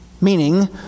Meaning